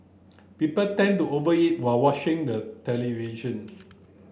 people tend to over eat while watching the television